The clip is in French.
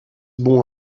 bon